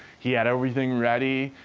he had everything ready,